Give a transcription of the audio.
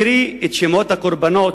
אני אסתפק בלהקריא את שמות הקורבנות,